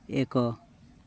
ଏକ